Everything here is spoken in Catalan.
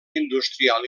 industrial